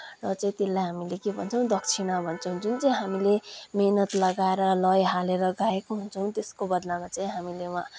र चाहिँ त्यसलाई हामीले के भन्छौँ दक्षिणा भन्छौँ जुन चाहिँ हामीले मेहनत लगाएर लय हालेर गाएको हुन्छौँ त्यसको बदलामा चाहिँ हामीले उहाँ